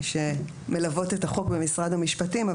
מי שמלוות את החוק במשרד המשפטים,